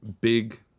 big